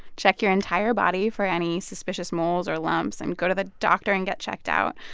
check your entire body for any suspicious moles or lumps and go to the doctor and get checked out.